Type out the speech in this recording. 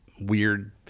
weird